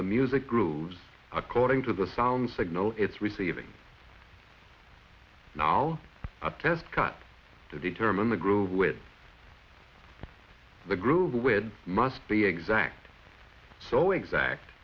the music grooves according to the sound signal it's receiving now a test cut to determine the groove with the groove width must be exact so exact